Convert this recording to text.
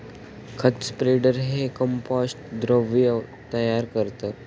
खत स्प्रेडर हे कंपोस्ट द्रव तयार करतं